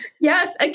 Yes